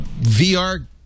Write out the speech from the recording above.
VR